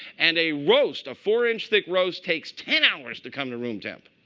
and a roast, a four inch thick roast, takes ten hours to come to room temp.